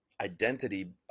identity